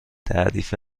تعریف